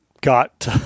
got